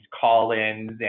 call-ins